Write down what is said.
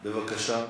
בבקשה.